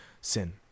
sin